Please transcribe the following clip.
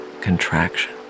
contraction